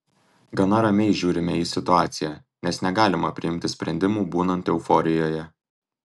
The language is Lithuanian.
gana ramiai žiūrime į situaciją nes negalima priimti sprendimų būnant euforijoje